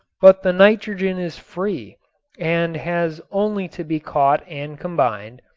but the nitrogen is free and has only to be caught and combined,